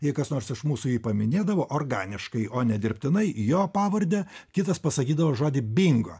jei kas nors iš mūsų jį paminėdavo organiškai o ne dirbtinai jo pavardę kitas pasakydavo žodį bingo